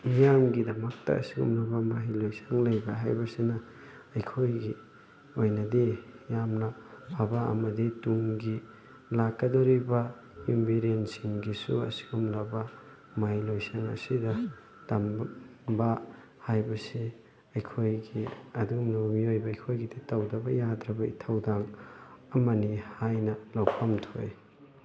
ꯃꯤꯌꯥꯝꯒꯤꯗꯃꯛꯇ ꯑꯁꯤꯒꯨꯝꯂꯕ ꯃꯍꯩ ꯂꯣꯏꯁꯪ ꯂꯩꯕ ꯍꯥꯏꯕꯁꯤꯅ ꯑꯩꯈꯣꯏꯒꯤ ꯑꯩꯏꯅꯗꯤ ꯌꯥꯝꯅ ꯐꯕ ꯑꯃꯗꯤ ꯇꯨꯡꯒꯤ ꯂꯥꯛꯀꯗꯧꯔꯤꯕ ꯌꯨꯝꯕꯤꯔꯦꯟꯁꯤꯡꯒꯤꯁꯨ ꯑꯁꯤꯒꯨꯝꯂꯕ ꯃꯍꯩ ꯂꯣꯏꯁꯪ ꯑꯁꯤꯗ ꯇꯝꯕ ꯍꯥꯏꯕꯁꯦ ꯑꯩꯈꯣꯏꯒꯤ ꯑꯗꯨꯒꯨꯝꯂꯕ ꯃꯤꯌꯣꯏꯕ ꯑꯩꯈꯣꯏꯒꯤꯗꯤ ꯇꯧꯗꯕ ꯌꯥꯗ꯭ꯔꯕ ꯏꯊꯧꯗꯥꯡ ꯑꯃꯅꯤ ꯍꯥꯏꯅ ꯂꯧꯐꯝ ꯊꯣꯛꯏ